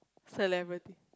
celebrity